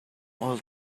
all